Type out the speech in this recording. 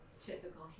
typical